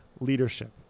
leadership